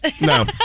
No